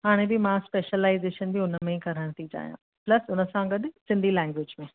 हाणे बि मां स्पेशलाइजेशन हुनमें ई करणु थी चाहियां प्लस हुनसां गॾु सिन्धी लेंग्वेज बि